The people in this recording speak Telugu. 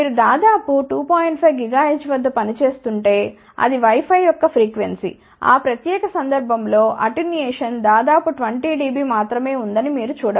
5 GHz వద్ద పనిచేస్తుంటే అది Wi Fi యొక్క ఫ్రీక్వెన్సీ ఆ ప్రత్యేక సందర్భం లో అటెన్యుయేషన్ దాదాపు 20 dB మాత్రమే ఉందని మీరు చూడ వచ్చు